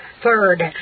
Third